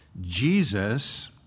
Jesus